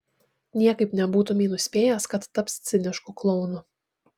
niekaip nebūtumei nuspėjęs kad taps cinišku klounu